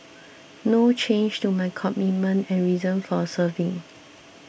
no change to my commitment and reason for serving